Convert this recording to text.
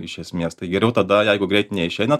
iš esmės tai geriau tada jeigu greit neišeina